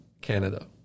Canada